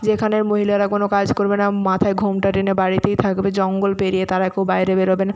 যেখানের মহিলারা কোনো কাজ করবে না মাথায় ঘোমটা টেনে বাড়িতেই থাকবে জঙ্গল পেরিয়ে তারা কেউ বাইরে বেরোবে না